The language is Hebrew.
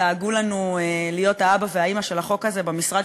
דאגו לנו להיות האבא והאימא של החוק הזה במשרד,